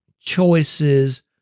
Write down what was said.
choices